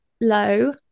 low